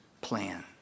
plan